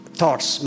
thoughts